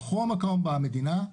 בכל מקום במדינה,